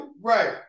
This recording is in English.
Right